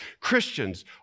Christians